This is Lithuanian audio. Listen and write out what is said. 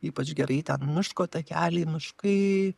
ypač gerai ten miško takeliai miškai